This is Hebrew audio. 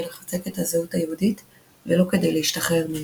לחזק את הזהות היהודית ולא כדי להשתחרר ממנה.